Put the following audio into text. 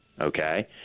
okay